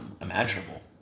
imaginable